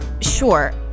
Sure